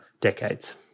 decades